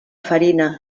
farina